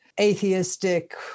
atheistic